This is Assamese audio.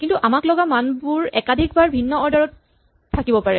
কিন্তু আমাক লগা মানবোৰ একাধিক ভিন্ন অৰ্ডাৰ ত থাকিব পাৰে